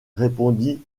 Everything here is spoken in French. répondit